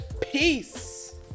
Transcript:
Peace